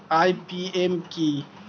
IPM কি?